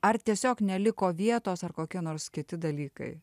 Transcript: ar tiesiog neliko vietos ar kokie nors kiti dalykai